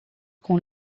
com